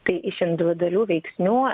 tai iš individualių veiksnių